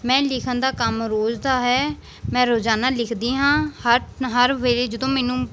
ਮੇਰਾ ਲਿਖਣ ਦਾ ਕੰਮ ਰੋਜ਼ ਦਾ ਹੈ ਮੈਂ ਰੋਜ਼ਾਨਾ ਲਿਖਦੀ ਹਾਂ ਹਰ ਹਰ ਵੇਲੇ ਜਦੋਂ ਮੈਨੂੰ